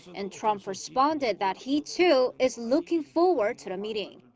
and trump responded. that he too is looking forward to the meeting.